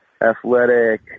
athletic